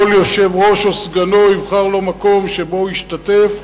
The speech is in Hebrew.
כל יושב-ראש או סגנו יבחר לו מקום שבו הוא ישתתף.